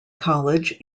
college